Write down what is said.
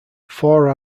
four